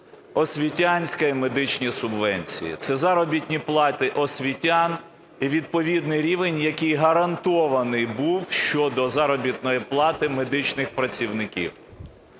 освітянська і медична субвенції. Це заробітні плати освітян, відповідний рівень, який гарантований був, щодо заробітної плати медичних працівників.